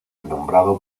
nombrado